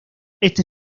este